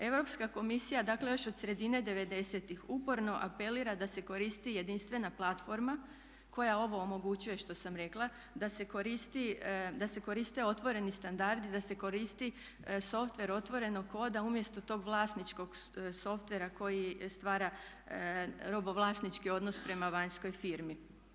Europska komisija, dakle još od sredine devedesetih uporno apelira da se koristi jedinstvena platforma koja ovo omogućuje što sam rekla da se koriste otvoreni standardi, da se koristi software otvorenog koda umjesto tog vlasničkog softwarea koji stvara robovlasnički odnos prema vanjskoj firmi.